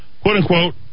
quote-unquote